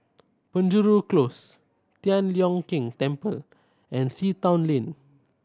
Penjuru Close Tian Leong Keng Temple and Sea Town Lane